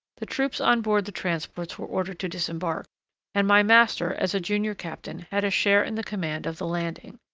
the troops on board the transports were ordered to disembark and my master, as a junior captain, had a share in the command of the landing.